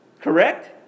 Correct